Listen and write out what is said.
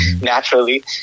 naturally